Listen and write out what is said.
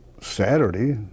Saturday